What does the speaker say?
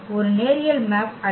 ஒரு நேரியல் மேப் அல்ல